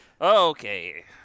Okay